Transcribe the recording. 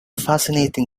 fascinating